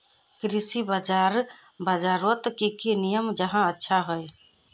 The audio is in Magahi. कृषि बाजार बजारोत की की नियम जाहा अच्छा हाई?